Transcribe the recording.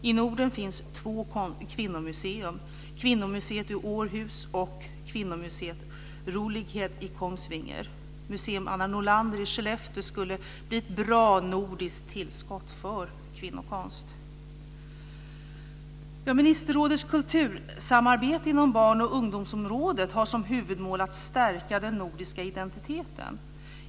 I Norden finns två kvinnomuseer: kvinnomuseet i Århus och kvinnomuseet Skellefteå skulle bli ett bra nordiskt tillskott för kvinnokonst. Ministerrådets kultursamarbete på barn och ungdomsområdet har som huvudmål att stärka den nordiska identiteten.